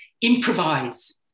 improvise